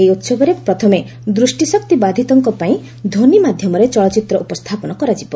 ଏହି ଉତ୍ସବରେ ପ୍ରଥମେ ଦୃଷ୍ଟିଶକ୍ତିବାଧିତଙ୍କ ପାଇଁ ଧ୍ୱନି ମାଧ୍ୟମରେ ଚଳଚ୍ଚିତ୍ର ଉପସ୍ଥାପନ କରାଯିବ